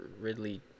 Ridley